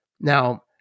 Now